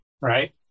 Right